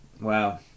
Wow